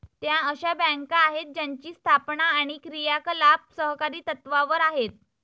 त्या अशा बँका आहेत ज्यांची स्थापना आणि क्रियाकलाप सहकारी तत्त्वावर आहेत